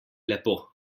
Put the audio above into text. lepo